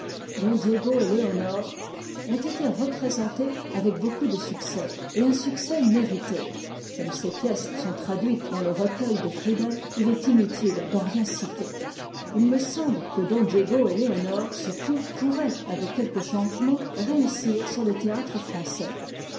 diégo et z eoktm'e ont été représentés avec beaucoup de succès et un succès mérité comme ces pièces sont traduites dans le recueil de friedel il est inutile d'en rien citer il me semble que d m diégo et léonore surtout pourraient avec quelques changements réussir sur le théâtre français